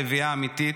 לביאה אמיתית.